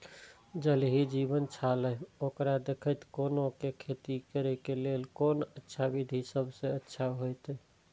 ज़ल ही जीवन छलाह ओकरा देखैत कोना के खेती करे के लेल कोन अच्छा विधि सबसँ अच्छा होयत?